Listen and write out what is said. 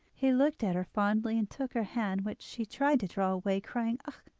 he looked at her fondly, and took her hand, which she tried to draw away, crying ah!